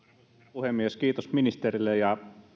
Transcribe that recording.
puhemies kiitos ministerille ja